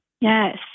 Yes